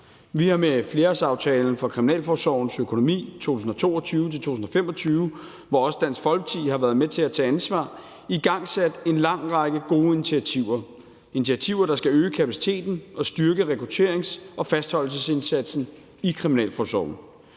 Vi har med flerårsaftalen for kriminalforsorgens økonomi 2022-2025, hvor også Dansk Folkeparti har været med til at tage ansvar, igangsat en lang række gode initiativer; initiativer, der skal øge kapaciteten og styrke rekrutterings-og fastholdelsesindsatsen i kriminalforsorgen.